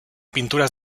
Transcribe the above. pinturas